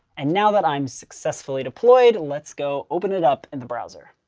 and now that i'm successfully deployed, let's go open it up in the browser.